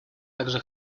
также